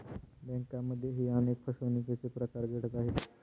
बँकांमध्येही अनेक फसवणुकीचे प्रकार घडत आहेत